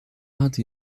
hatte